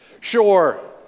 Sure